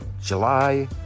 July